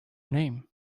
name